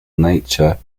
nature